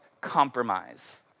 compromise